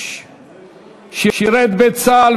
שירת בצה"ל,